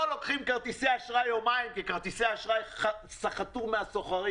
לא לוקחים כרטיסי אשראי יומיים כי כרטיסי אשראי סחטו מהסוחרים.